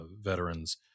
veterans